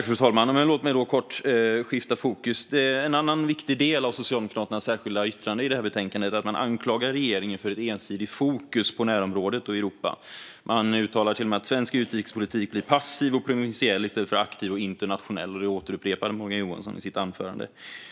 Fru talman! Låt mig skifta fokus. En annan viktig del av Socialdemokraternas särskilda yttrande i detta betänkande är att man anklagar regeringen för ett ensidigt fokus på närområdet och Europa. Man uttalar till och med att svensk utrikespolitik blir passiv och provinsiell i stället för aktiv och internationell. Detta upprepade Morgan Johansson i sitt anförande.